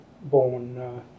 born